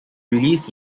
released